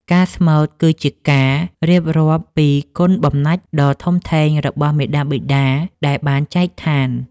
ការស្មូត គឺជាការរៀបរាប់ពីគុណបំណាច់ដ៏ធំធេងរបស់មាតាបិតាដែលបានចែកឋាន។